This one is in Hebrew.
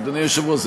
אדוני היושב-ראש,